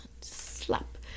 Slap